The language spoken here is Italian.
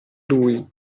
lui